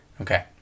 Okay